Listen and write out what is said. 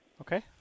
Okay